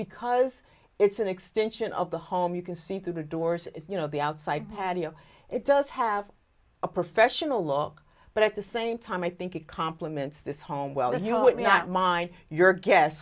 because it's an extension of the home you can see through the doors you know the outside patio it does have a professional look but at the same time i think it complements this home well if you would not mind your g